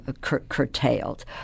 Curtailed